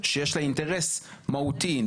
שיש לו אינטרס מהותי,